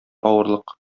авырлык